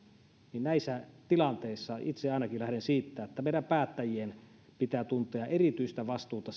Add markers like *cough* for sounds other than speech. niin näissä tilanteissa itse ainakin lähden siitä että meidän päättäjien pitää tuntea erityistä vastuuta *unintelligible*